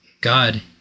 God